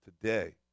today